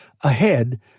Ahead